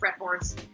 fretboards